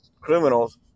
criminals